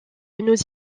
nous